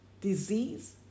disease